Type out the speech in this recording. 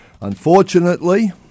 Unfortunately